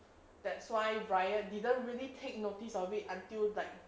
that's why riot didn't really take notice of it until like